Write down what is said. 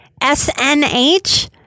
SNH